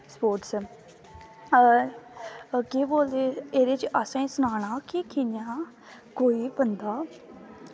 sports केह् बोलदे एह्दे च असें सनाना कि कि'यां कोई बंदा